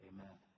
Amen